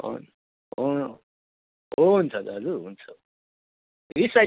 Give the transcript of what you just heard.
हुन् हु हुन्छ दाजु हुन्छ रिसाइ